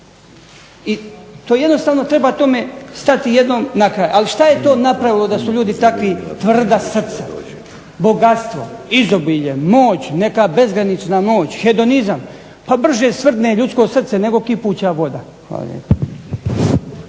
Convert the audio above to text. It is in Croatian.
I to jednostavno treba tome stati jednom na kraj. Ali šta je to napravilo da su ljudi takvi tvrda srca, bogatstvo, izobilje, moć, neka bezgranična moć, hedonizam, pa brže stvrdne ljudsko srce nego kipuća voda.